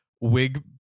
wig